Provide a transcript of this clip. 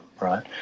right